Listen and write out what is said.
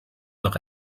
noch